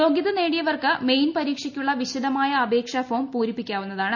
യോഗ്യത നേടിയവർക്ക് മെയിൻ പരീക്ഷയ്ക്കുള്ള വിശദമായ അപേക്ഷാ ഫോം പൂരിപ്പിക്കാവുന്നതാണ്